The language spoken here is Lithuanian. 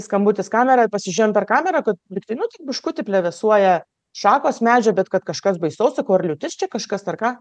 skambutis kameroj pasižiūrėjom per kamerą kad nu tai lygtai biškutį plevėsuoja šakos medžio bet kad kažkas baisaus sakau ar liūtis čia kažkas ar ką